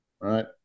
right